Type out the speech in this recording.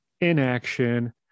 Inaction